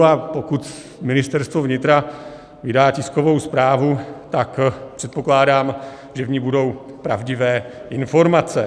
A pokud Ministerstvo vnitra vydá tiskovou zprávu, tak předpokládám, že v ní budou pravdivé informace.